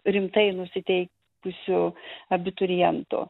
rimtai nusitei kusių abiturientų